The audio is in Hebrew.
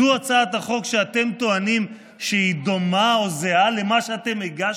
זו הצעת החוק שאתם טוענים שהיא דומה או זהה למה שאתם הגשתם?